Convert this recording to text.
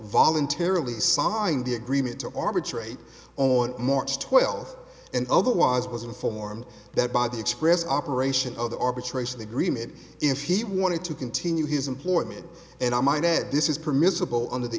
voluntarily signed the agreement to arbitrate on march twelfth and otherwise was informed that by the express operation of the arbitration agreement if he wanted to continue his employment and i might add this is permissible under the